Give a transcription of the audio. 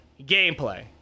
gameplay